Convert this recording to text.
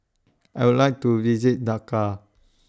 I Would like to visit Dhaka